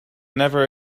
never